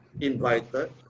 invited